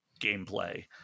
gameplay